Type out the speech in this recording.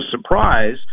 surprise